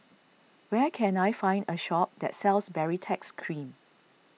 where can I find a shop that sells Baritex Cream